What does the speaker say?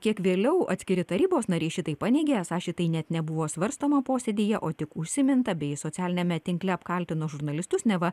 kiek vėliau atskiri tarybos nariai šitai paneigė esą šitai net nebuvo svarstoma posėdyje o tik užsiminta bei socialiniame tinkle apkaltino žurnalistus neva